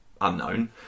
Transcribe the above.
unknown